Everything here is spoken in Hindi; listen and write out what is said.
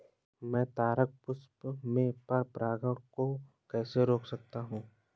मैं तारक पुष्प में पर परागण को कैसे रोक सकता हूँ?